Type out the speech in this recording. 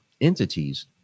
entities